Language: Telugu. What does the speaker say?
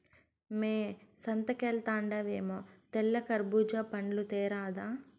మ్మే సంతకెల్తండావేమో తెల్ల కర్బూజా పండ్లు తేరాదా